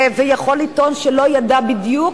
והוא יכול לטעון שלא ידע בדיוק,